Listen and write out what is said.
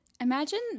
Imagine